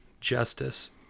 justice